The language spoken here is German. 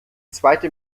zweite